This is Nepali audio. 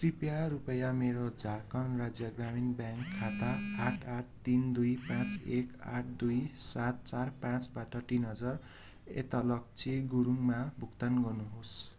कृपया रुपियाँ मेरो झारखण्ड राज्य ग्रामीण ब्याङ्क खाता आठ आठ तिन दुई पाँच एक आठ दुई सात चार पाँचबाट तिन हजार ऐतलक्षी गुरुङमा भुक्तान गर्नु होस्